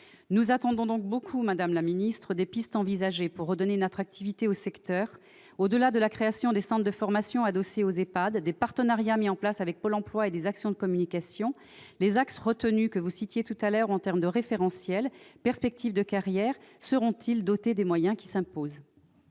Nous attendons beaucoup des pistes envisagées pour redonner une attractivité au secteur. Au-delà de la création de centres de formation adossés aux EHPAD, de partenariats mis en place avec Pôle Emploi et des actions de communication, les axes retenus, que vous citiez il y a quelques instants, en termes de référentiel et de perspectives de carrière seront-ils dotés des moyens qui s'imposent ?